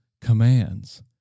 commands